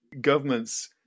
governments